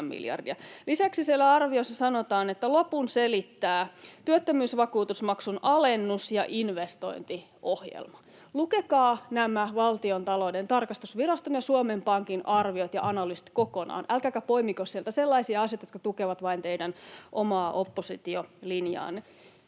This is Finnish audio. siellä arviossa sanotaan, että lopun selittää työttömyysvakuutusmaksun alennus ja investointiohjelma. Lukekaa nämä Valtiontalouden tarkastusviraston ja Suomen Pankin arviot ja analyysit kokonaan, älkääkä poimiko sieltä sellaisia asioita, jotka tukevat vain teidän omaa oppositiolinjaanne.